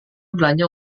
belanja